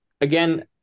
again